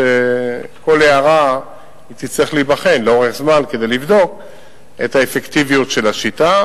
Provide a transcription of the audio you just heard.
כל הערה תצטרך להיבחן לאורך זמן כדי לבדוק את האפקטיביות של השיטה.